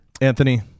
Anthony